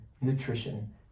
nutrition